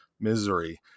misery